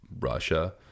Russia